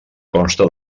consta